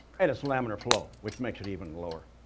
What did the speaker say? and it's laminar flow, which makes it even lower.